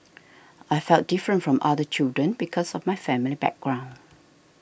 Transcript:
I felt different from other children because of my family background